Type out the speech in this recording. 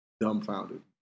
dumbfounded